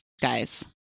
guys